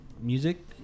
music